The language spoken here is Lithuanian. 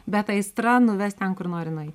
bet aistra nuves ten kur nori nueit